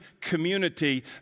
community